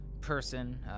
person